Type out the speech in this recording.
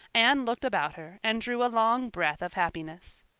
anne looked about her and drew a long breath of happiness.